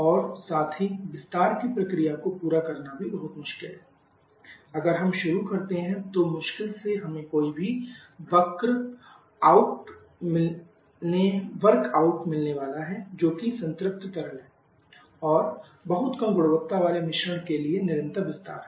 और साथ ही विस्तार की प्रक्रिया को पूरा करना भी बहुत मुश्किल है अगर हम शुरू करते हैं तो मुश्किल से हमें कोई भी वर्क आउट मिलने वाला है जो कि संतृप्त तरल है और बहुत कम गुणवत्ता वाले मिश्रण के लिए निरंतर विस्तार है